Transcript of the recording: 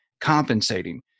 compensating